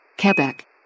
Quebec